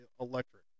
electric